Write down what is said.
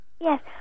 Yes